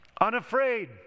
unafraid